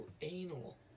anal